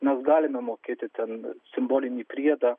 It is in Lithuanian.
mes galime mokėti ten simbolinį priedą